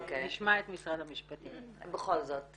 בכל זאת,